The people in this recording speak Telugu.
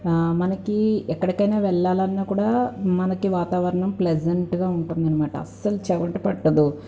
మనకి ఎక్కడికైనా వెళ్ళాలి అన్న కూడా మనకి వాతావరణం ప్లెజంట్గా ఉంటుందన్నమాట అసలు చెమట పట్టదు